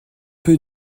peu